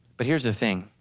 but here's the thing,